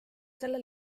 selle